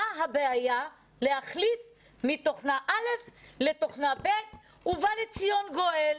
מה הבעיה להחליף מתוכנה א' לתוכנה ב' ובא לציון גואל?